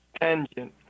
tangent